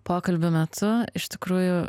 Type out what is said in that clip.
pokalbių metu iš tikrųjų